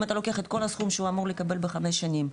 אם אתה לוקח את כל הסכום שהוא אמור לקבל ב-חמש שנים,